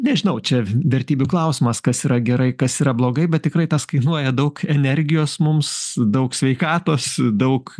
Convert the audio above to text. nežinau čia vertybių klausimas kas yra gerai kas yra blogai bet tikrai tas kainuoja daug energijos mums daug sveikatos daug